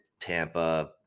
Tampa